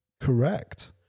Correct